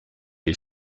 est